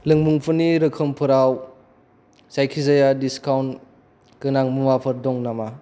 लोंमुंफोरनि रोखोमफोराव जायखिजाया डिसकाउन्ट गोनां मुवाफोर दङ नामा